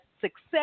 success